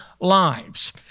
Lives